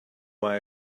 why